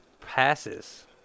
passes